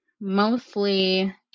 mostly